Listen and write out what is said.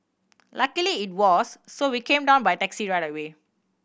luckily it was so we came down by taxi right away